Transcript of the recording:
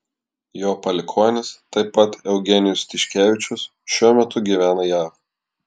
jo palikuonis taip pat eugenijus tiškevičius šiuo metu gyvena jav